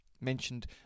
mentioned